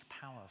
power